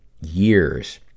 years